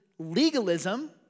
Legalism